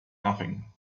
nothing